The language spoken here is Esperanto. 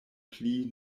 pli